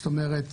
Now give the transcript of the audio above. זאת אומרת,